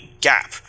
gap